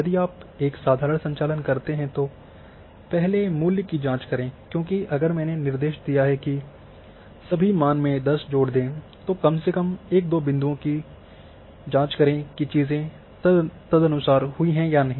यदि आप एक साधारण संचालन करते हैं तो पहले मूल्य की जांच करें क्योंकि अगर मैंने निर्देश दिया है कि सभी मान में 10 जोड़ दें तो कम से कम एक दो बिंदुओं को जांचें कि चीजें तदनुसार हुई हैं या नहीं